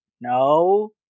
no